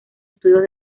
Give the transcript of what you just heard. estudios